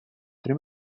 tre